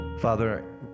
Father